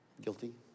guilty